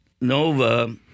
nova